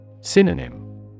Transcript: Synonym